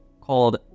called